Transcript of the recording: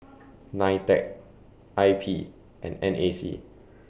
NITEC I P and N A C